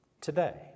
today